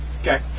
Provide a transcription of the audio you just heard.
Okay